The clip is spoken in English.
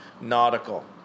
nautical